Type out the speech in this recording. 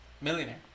Millionaire